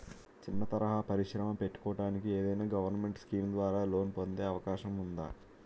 చిన్న తరహా పరిశ్రమ పెట్టుకోటానికి ఏదైనా గవర్నమెంట్ స్కీం ద్వారా లోన్ పొందే అవకాశం ఉందా?